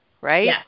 right